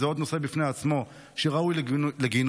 זה עוד נושא בפני עצמו שראוי לגינוי.